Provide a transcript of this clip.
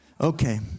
Okay